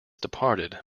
departed